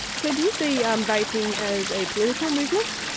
so do you see um vaping as a political movement?